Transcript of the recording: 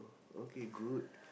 okay good